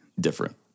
different